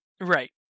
Right